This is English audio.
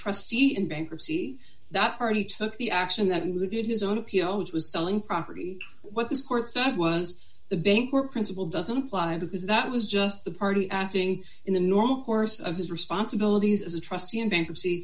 trustee in bankruptcy that party took the action that would be his own appeal which was selling property what this court said was the bank were principle doesn't apply because that was just the party acting in the normal course of his responsibilities as a trustee in bankruptcy